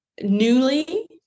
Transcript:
Newly